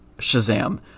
Shazam